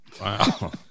Wow